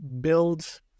build